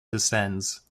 descends